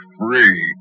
free